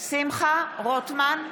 שמחה רוטמן,